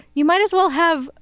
you might as well have,